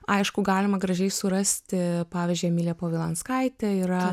aišku galima gražiai surasti pavyzdžiui emilija povilanskaitė yra